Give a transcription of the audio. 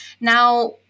Now